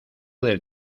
del